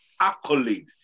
accolade